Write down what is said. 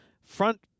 front